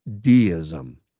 deism